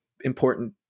important